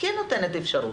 כן נותנת אפשרות,